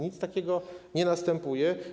Nic takiego nie następuje.